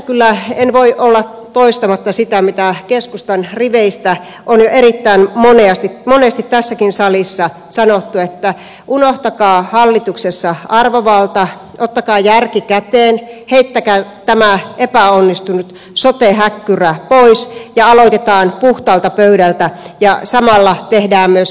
tässä en voi olla toistamatta sitä mitä keskustan riveistä on jo erittäin monesti tässäkin salissa sanottu että unohtakaa hallituksessa arvovalta ottakaa järki käteen heittäkää tämä epäonnistunut sote häkkyrä pois ja aloitetaan puhtaalta pöydältä ja samalla tehdään myös rahoitusuudistus